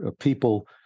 people